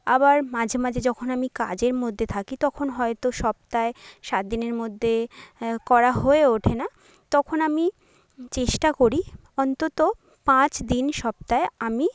আবার মাঝে মাঝে যখন আমি কাজের মধ্যে থাকি তখন হয়তো সপ্তাহে সাত দিনের মধ্যে করা হয়ে ওঠে না তখন আমি চেষ্টা করি অন্তত পাঁচ দিন সপ্তাহে আমি